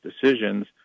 decisions